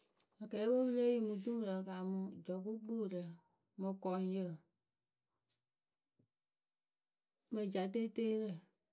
Akɛɛpǝ we pɨ lée mɨ dumurǝ pɨ kaamɨ jɔkpukpuurǝ mɨ kɔŋyǝ, mɨ jateeteerǝ.